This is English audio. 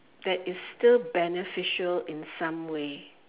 that is still beneficial in some way